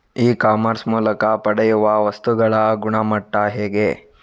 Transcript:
E commerce ಮೂಲಕ ಪಡೆಯುವ ವಸ್ತುಗಳ ಗುಣಮಟ್ಟ ಹೇಗೆ?